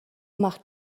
macht